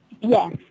Yes